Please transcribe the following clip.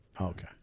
Okay